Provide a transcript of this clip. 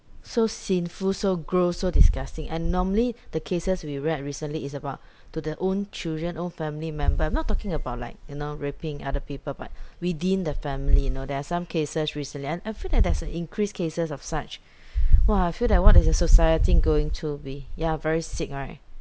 so sinful so gross so disgusting and normally the cases we read recently is about to the own children own family member I'm not talking about like you know raping other people but within the family you know there are some cases recently and I feel that there's an increase cases of such !wah! I feel that what is the society going to be ya very sick right